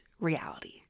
reality